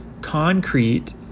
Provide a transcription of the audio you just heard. concrete